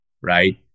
right